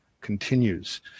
continues